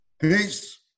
Peace